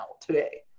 today